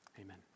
amen